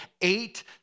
eight